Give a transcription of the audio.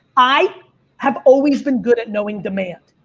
i have always been good at knowing demand.